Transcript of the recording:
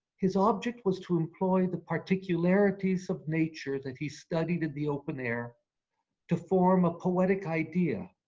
his object was to employ the particularities of nature that he studied in the open air to form a poetic idea,